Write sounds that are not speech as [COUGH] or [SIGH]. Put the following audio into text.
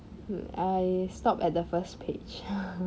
I stopped at the first page [LAUGHS]